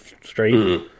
straight